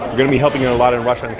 gonna be helping you a lot in russia